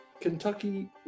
Kentucky